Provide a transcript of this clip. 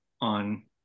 on